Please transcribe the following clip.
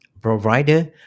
provider